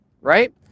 Right